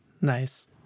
nice